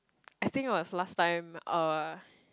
I think it was last time uh